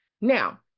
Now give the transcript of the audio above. Now